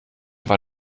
war